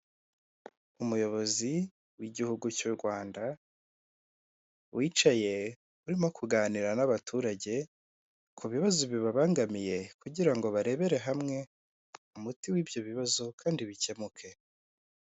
Umuyobozi w'igihugu cy'u Rwanda wicaye urimo kuganira n'abaturage ku bibazo bibabangamiye kugira ngo barebere hamwe umuti w'ibyo bibazo kandi bikemuke.